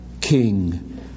king